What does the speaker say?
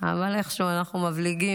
אבל איכשהו אנחנו מבליגים,